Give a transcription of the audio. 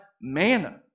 manna